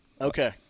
Okay